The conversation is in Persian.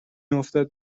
افتد